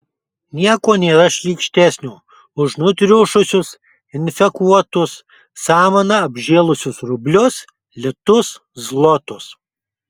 nieko nėra šlykštesnio už nutriušusius infekuotus samana apžėlusius rublius litus zlotus